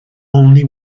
only